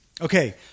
Okay